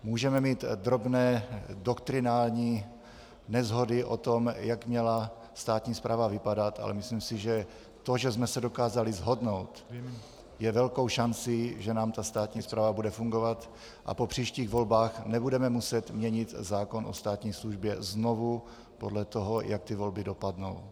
Můžeme mít drobné doktrinální neshody o tom, jak měla státní správa vypadat, ale myslím si, že to, že jsme se dokázali shodnout, je velkou šancí, že nám ta státní správa bude fungovat a po příštích volbách nebudeme muset měnit zákon o státní službě znovu podle toho, jak volby dopadnou.